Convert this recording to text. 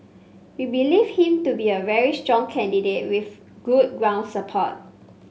we believe him to be a very strong candidate with good ground support